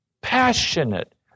passionate